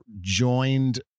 joined